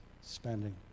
spending